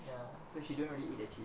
ya so she don't really eat the cheese